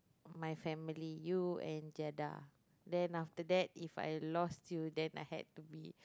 my family you and Jeda then after that if I lost you then I had to be